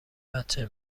بچه